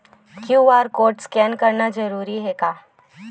QR code scan करना जरूरी हे का?